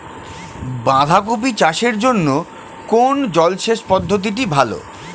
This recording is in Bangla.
বাঁধাকপি চাষের জন্য কোন জলসেচ পদ্ধতিটি ভালো?